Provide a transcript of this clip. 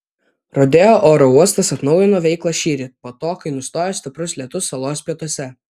rodeo oro uostas atnaujino veiklą šįryt po to kai nustojo stiprus lietus salos pietuose